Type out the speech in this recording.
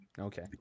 okay